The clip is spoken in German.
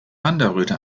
wanderröte